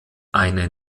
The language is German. eine